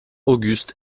auguste